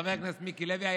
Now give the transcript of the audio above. חבר הכנסת מיקי לוי,